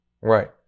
Right